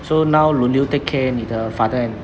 so now you need to take care 你的 father and